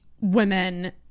women